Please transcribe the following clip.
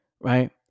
right